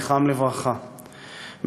זכרם לברכה,